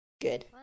Good